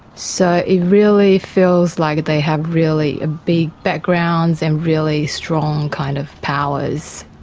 so it really feels like they have really a big background and really strong kind of powers.